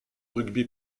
rugby